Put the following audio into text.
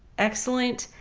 excellent,